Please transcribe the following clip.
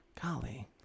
Golly